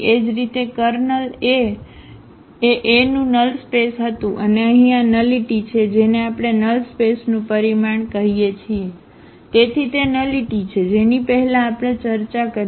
એ જ રીતે kernel A એ A નું નલ સ્પેસ હતું અને અહીં આ નલિટી છે જેને આપણે નલ સ્પેસનું પરિમાણ કહીએ છીએ તેથી તે નલિટી છે જેની પહેલા આપણે ચર્ચા કરી છે